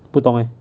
不懂 eh